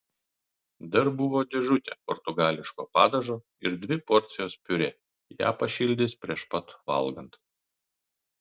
dar buvo dėžutė portugališko padažo ir dvi porcijos piurė ją pašildys prieš pat valgant